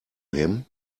him